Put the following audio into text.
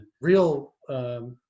real